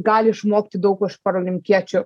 gali išmokti daug ko iš parolimpiečių